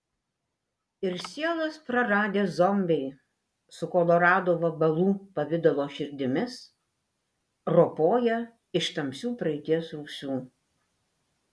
ir sielas praradę zombiai su kolorado vabalų pavidalo širdimis ropoja iš tamsių praeities rūsių